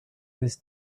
this